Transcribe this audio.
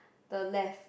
the left